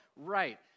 right